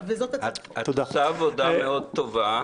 את עושה עבודה מאוד טובה,